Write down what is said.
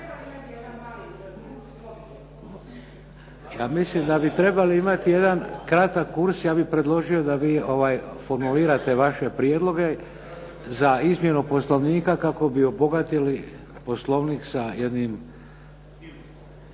Ja mislim da bi trebali imati jedan kratak kurs. Ja bih predložio da vi formulirate vaše prijedloge za izmjenu poslovnika kako bi obogatili poslovnik sa jednim